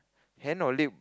hand or limb